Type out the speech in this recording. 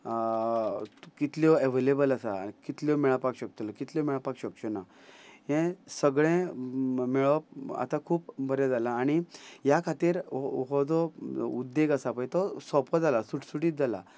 कितल्यो एवेलेबल आसा कितल्यो मेळपाक शकतलो कितल्यो मेळपाक शकच्यो ना हे सगळें मेळप आतां खूब बरें जाला आनी ह्या खातीर हो जो उद्देग आसा पय तो सोंपो जाला सुटसुटीत जाला